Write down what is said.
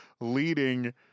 leading